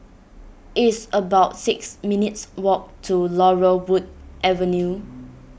it's about six minutes' walk to Laurel Wood Avenue